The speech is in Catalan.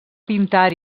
pintar